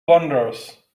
wanders